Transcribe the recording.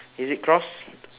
is it crossed